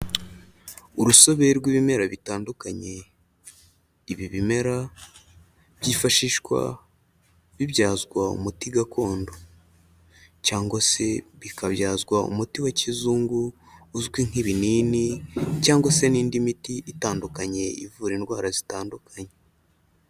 Urusobe rw'ibimera bitandukanye, ibi bimera byifashishwa bibyazwa umuti gakondo cyangwa se bikabyazwa umuti wa kizungu uzwi nk'ibinini cyangwa se n'indi miti itandukanye ivura indwara zitandukanye.